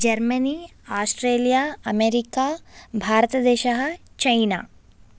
Germany Australia America भारतदेशः China